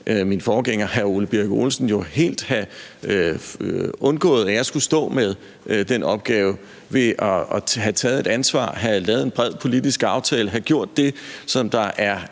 min forgænger, hr. Ole Birk Olesen, jo helt have undgået at jeg skulle stå med ved at have et taget ansvar, have lavet en bred politisk aftale, have gjort det, der er